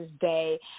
Day